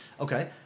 Okay